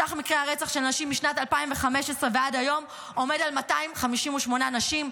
סך מקרי הרצח של נשים משנת 2015 ועד היום עומד על 258 נשים.